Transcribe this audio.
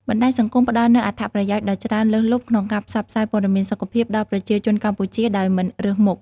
បណ្តាញសង្គមផ្តល់នូវអត្ថប្រយោជន៍ដ៏ច្រើនលើសលប់ក្នុងការផ្សព្វផ្សាយព័ត៌មានសុខភាពដល់ប្រជាជនកម្ពុជាដោយមិនរើសមុខ។